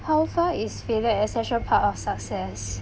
how far is failure essential part of success